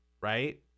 right